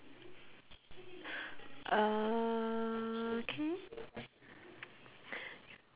uh K